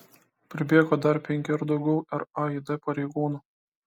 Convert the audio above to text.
pribėgo dar penki ar daugiau raid pareigūnų